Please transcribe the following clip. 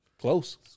Close